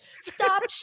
Stop